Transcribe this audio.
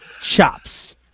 Chops